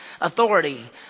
authority